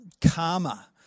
karma